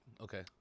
Okay